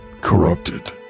corrupted